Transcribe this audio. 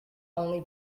only